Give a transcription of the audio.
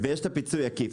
ויש פיצוי עקיף.